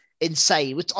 insane